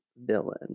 villain